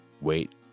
wait